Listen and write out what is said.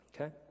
Okay